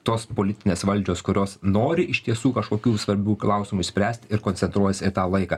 tos politinės valdžios kurios nori iš tiesų kažkokių svarbių klausimų spręst ir koncentruojas į tą laiką